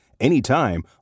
anytime